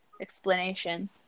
explanation